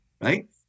right